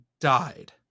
died